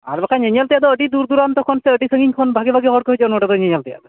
ᱟᱨ ᱵᱟᱠᱷᱟᱱ ᱧᱮᱧᱮᱞ ᱛᱮᱫ ᱫᱚ ᱟ ᱰᱤ ᱫᱩᱨ ᱫᱩᱨᱟᱱᱛᱚ ᱠᱷᱚᱱ ᱪᱮ ᱟ ᱰᱤ ᱥᱟᱺᱜᱤᱧ ᱠᱷᱚᱱ ᱵᱷᱟᱜᱮ ᱵᱷᱟᱜᱮ ᱦᱚᱲ ᱠᱚ ᱦᱤᱡᱩᱜᱼᱟ ᱱᱚᱰᱮ ᱫᱚ ᱧᱮᱧᱮᱞ ᱛᱮᱭᱟᱜ ᱫᱚ